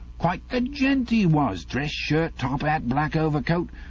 quite, e was dress shirt, top at, black overcoat.